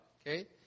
okay